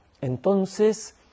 Entonces